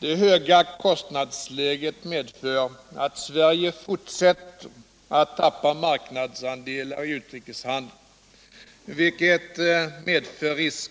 Det höga kostnadsläget medför att Sverige fortsätter att tappa marknadsandelar i utrikeshandeln, vilket medför risk